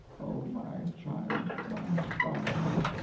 oh, my child, my darling!